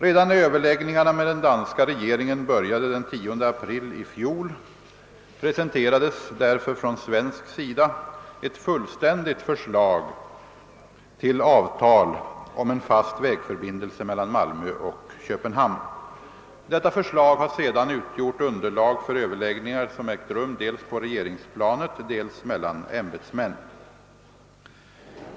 Redan när överläggningarna med den danska regeringen började den 10 april i fjol presenterades därför från svensk sida ett fullständigt förslag till avtal om en fast vägförbindelse mellan Malmö och Köpenhamn. Detta förslag har sedan utgjort underlag för överläggningar, som ägt rum dels på regeringsplanet, dels mellan ämbetsmän.